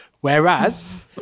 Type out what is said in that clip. Whereas